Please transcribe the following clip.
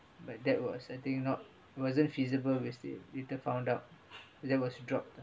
but that was I think not wasn't feasible will stay with that found out then was dropped